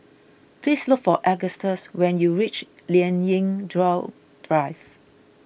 please look for Augustus when you reach Lien Ying Chow Drive